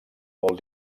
molt